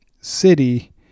city